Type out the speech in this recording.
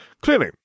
Clearly